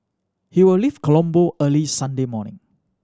he will leave Colombo early Sunday morning